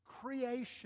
creation